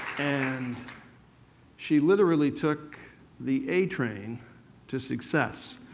and she literally took the a train to success.